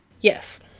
Yes